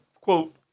quote –